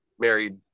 married